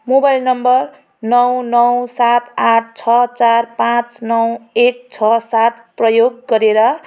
mobile number नौ नौ सात आठ छ चार पाँच नौ एक छ सात प्रयोग गरेर